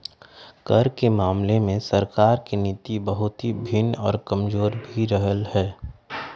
कर के मामले में सरकार के नीति बहुत ही भिन्न और कमजोर भी रहले है